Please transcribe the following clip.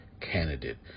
candidate